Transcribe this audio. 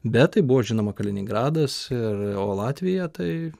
bet tai buvo žinoma kaliningradas ir o latvija tai